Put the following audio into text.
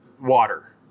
water